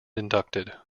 inducted